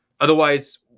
Otherwise